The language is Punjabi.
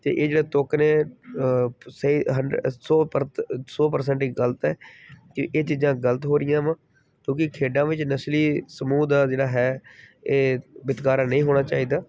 ਅਤੇ ਇਹ ਜਿਹੜਾ ਤੁੱਕ ਨੇ ਸਹੀ ਹੰਡ ਸੌ ਪਰ ਸੌ ਪਰਸੈਂਟ ਹੀ ਗਲਤ ਹੈ ਕਿ ਇਹ ਚੀਜ਼ਾਂ ਗਲਤ ਹੋ ਰਹੀਆਂ ਵਾ ਕਿਉਂਕਿ ਖੇਡਾਂ ਵਿੱਚ ਨਸਲੀ ਸਮੂਹ ਦਾ ਜਿਹੜਾ ਹੈ ਇਹ ਵਿਤਕਰਾ ਨਹੀਂ ਹੋਣਾ ਚਾਹੀਦਾ